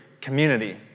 community